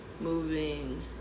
moving